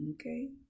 okay